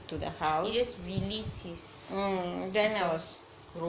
he just release his okay